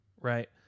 right